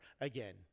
again